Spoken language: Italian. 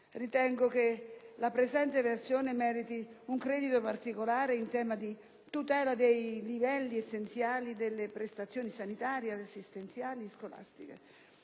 Ritengo che la presente versione meriti un credito particolare in tema di tutela dei livelli essenziali delle prestazioni sanitarie, assistenziali e scolastiche.